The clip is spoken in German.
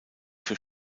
für